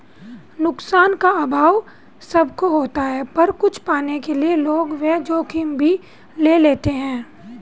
नुकसान का अभाव सब को होता पर कुछ पाने के लिए लोग वो जोखिम भी ले लेते है